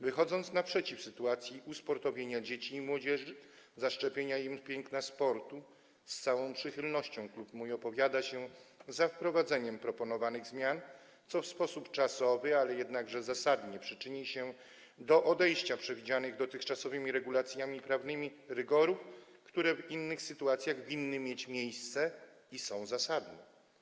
Wychodząc naprzeciw sytuacji usportowienia dzieci i młodzieży, zaszczepienia im piękna sportu, z całą przychylnością mój klub opowiada się za wprowadzeniem proponowanych zmian, co w sposób czasowy, ale jednakże zasadnie przyczyni się do odejścia od przewidzianych dotychczasowymi regulacjami prawnymi rygorów, które w innych sytuacjach winny mieć miejsce i są zasadne.